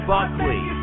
Buckley